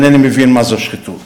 אינני מבין מה זו שחיתות.